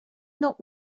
not